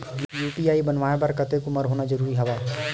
UPI बनवाय बर कतेक उमर होना जरूरी हवय?